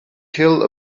kill